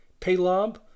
Paylob